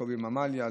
לקובי ממליה,